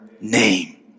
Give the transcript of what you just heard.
name